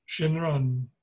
Shinran